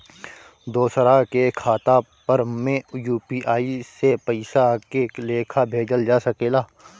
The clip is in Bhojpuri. दोसरा के खाता पर में यू.पी.आई से पइसा के लेखाँ भेजल जा सके ला?